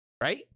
Right